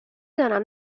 دانم